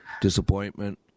Disappointment